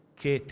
che